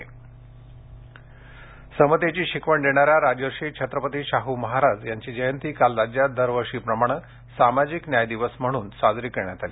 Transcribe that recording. शाहूमहाराज समतेची शिकवण देणाऱ्या राजर्षी छत्रपती शाह् महाराज यांची जयंती काल राज्यात दरवर्षीप्रमाणे सामाजिक न्याय दिवस म्हणून साजरी करण्यात आली